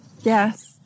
yes